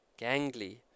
Gangly